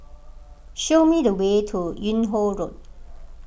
show me the way to Yung Ho Road